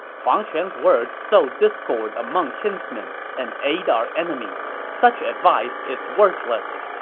huang quan's words sow discord among kinsmen and aid our enemies. such advice is worthless.